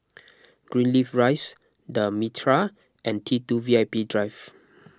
Greenleaf Rise the Mitraa and T two VIP Drive